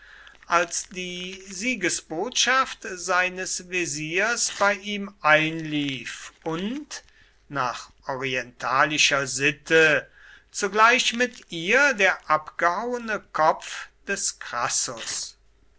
als die siegesbotschaft seines wesirs bei ihm einlief und nach orientalischer sitte zugleich mit ihr der abgehauene kopf des crassus